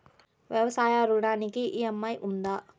వ్యవసాయ ఋణానికి ఈ.ఎం.ఐ ఉందా?